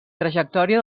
trajectòria